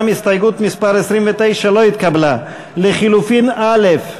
גם ההסתייגות לחלופין לא התקבלה.